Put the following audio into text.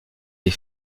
des